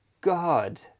God